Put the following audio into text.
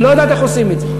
היא לא יודעת איך עושים את זה.